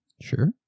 Sure